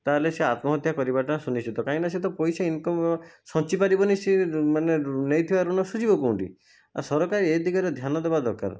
ତା'ହେଲେ ସେ ଆତ୍ମହତ୍ୟା କରିବାଟା ସୁନିଶ୍ଚିତ କାହିଁକିନା ସେ ତ ପଇସା ଇନ୍କମ୍ ସଞ୍ଚି ପାରିବନି ସେ ମାନେ ନେଇଥିବା ଋଣ ଶୁଝିବ କେଉଁଠି ଆଉ ସରକାର ଏ ଦିଗରେ ଧ୍ୟାନ ଦବା ଦରକାର